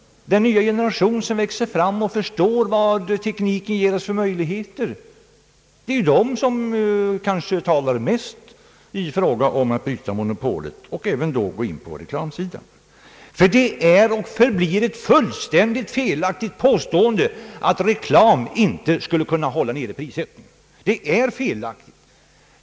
Den nya generation som växer fram och förstår vad tekniken ger oss för möjligheter talar mest om att bryta monopolet och även gå in på reklamsidan. Det är och förblir ett fullständigt felaktigt påstående att reklam inte skulle kunna hålla prissättningen nere.